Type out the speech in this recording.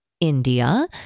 India